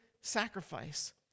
sacrifice